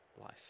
life